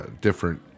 different